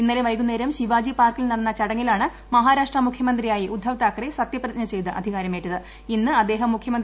ഇന്നലെ വൈകുന്നേരം ശിവാജി പാർക്കിൽ നടന്ന ചടങ്ങിലാണ് മഹാരാഷ്ട്ര മുഖ്യമന്ത്രിയായി ഉദ്ദവ് താക്കറെ സത്യപ്രതിജ്ഞ ചെയ്ത് അധികാരമേറ്റത്